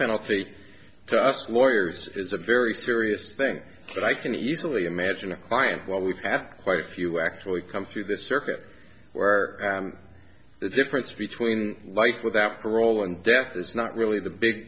penalty just lawyers it's a very serious thing that i can easily imagine a client well we've had quite a few actually come through the circuit where the difference between life without parole and death that's not really the big